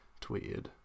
tweeted